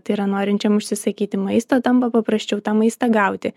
tai yra norinčiam užsisakyti maisto tampa paprasčiau tą maistą gauti